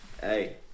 Hey